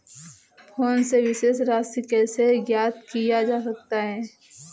Phone से शेष राशि कैसे ज्ञात किया जाता है?